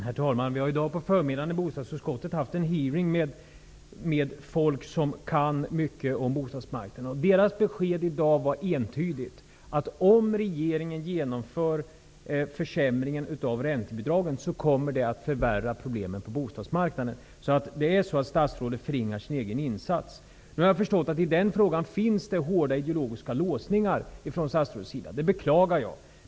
Herr talman! Vi har i dag på förmiddagen i bostadsutskottet haft en hearing med personer som kan mycket om bostadsmarknaden. Deras besked i dag var entydigt: Om regeringen genomför försämringen av räntebidraget, kommer det att förvärra problemen på bostadsmarknaden. Statsrådet förringar alltså sin egen betydelse. Jag har nu förstått att det i denna fråga finns hårda ideologiska låsningar hos statsrådet. Jag beklagar det.